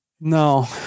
No